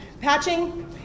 Patching